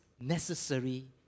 necessary